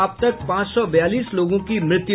अब तक पांच सौ बयालीस लोगों की मृत्यु